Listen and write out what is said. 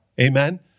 Amen